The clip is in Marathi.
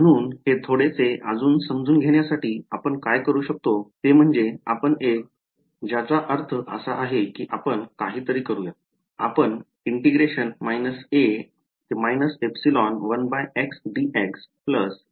म्हणून हे थोडे से अजून समजून घेण्यासाठी आपण काय करू शकतो ते म्हणजे आपण एक काउंटर घेऊ ज्याचा अर्थ असा आहे की आपण काहीतरी करू या